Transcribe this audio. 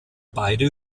beide